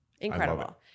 Incredible